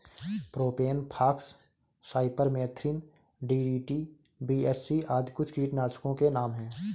propane fox, cypermethrin, DDT, BHC आदि कुछ कीटनाशकों के नाम हैं